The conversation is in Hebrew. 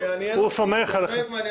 הוא סומך עליכם.